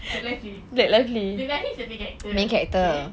blake lively blake lively is the main character right okay